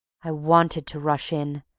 i wanted to rush in,